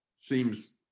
Seems